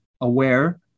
aware